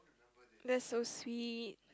that's so sweet